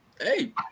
hey